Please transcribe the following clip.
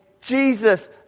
Jesus